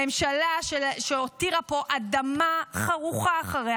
הממשלה שהותירה פה אדמה חרוכה אחריה,